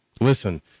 Listen